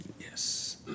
Yes